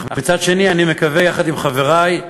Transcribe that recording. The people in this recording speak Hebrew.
אך מצד שני, אני מקווה שיחד עם חברי,